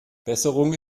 besserung